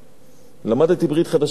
למדתי ברית חדשה באוניברסיטה